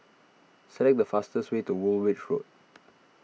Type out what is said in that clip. select the fastest way to Woolwich Road